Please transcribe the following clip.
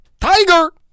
Tiger